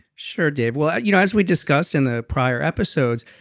sure dave. well you know as we discussed in the prior episodes,